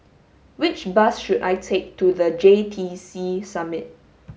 which bus should I take to The J T C Summit